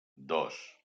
dos